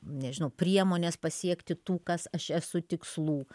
nežinau priemones pasiekti tų kas aš esu tikslų